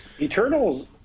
Eternals